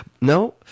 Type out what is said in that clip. No